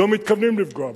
לא מתכוונים לפגוע בהם.